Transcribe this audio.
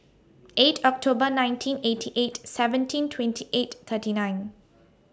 eight October nineteen eighty eight seventeen twenty eight thirty nine